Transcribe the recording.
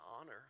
honor